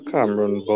Cameron